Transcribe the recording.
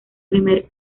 primer